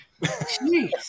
Jeez